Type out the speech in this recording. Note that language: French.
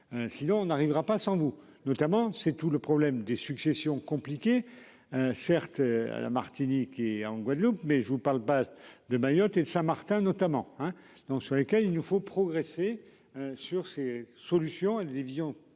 Sinon on n'arrivera pas sans vous notamment. C'est tout le problème des successions compliqué. Certes à la Martinique et en Guadeloupe, mais je vous parle pas de Mayotte et de Saint-Martin notamment hein donc sur lesquels il nous faut progresser sur ces solutions division successoral